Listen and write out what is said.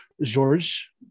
George